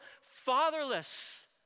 fatherless